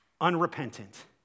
unrepentant